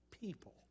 people